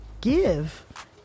give